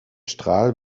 strahl